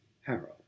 Harold